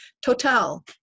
Total